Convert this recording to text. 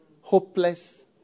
hopeless